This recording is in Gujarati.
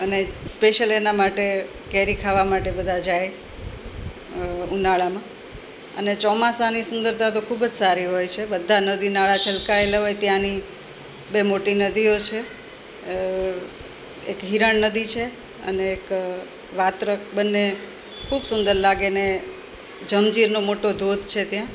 અને સ્પેશીયલ એના માટે કેરી ખાવા માટે બધા જાય ઉનાળામાં અને ચોમાસાની સુંદરતા તો ખૂબ જ સારી હોય છે બધા નદી નાળા છલકાએલા હોય ત્યાંની બે મોટી નદીઓ છે એક હિરણ નદી છે અને એક વાત્રક બંને ખૂબ સુંદર લાગેને જંજીરનો મોટો ધોધ છે ત્યાં